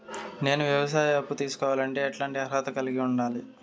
నేను వ్యవసాయ అప్పు తీసుకోవాలంటే ఎట్లాంటి అర్హత కలిగి ఉండాలి?